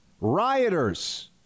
rioters